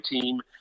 team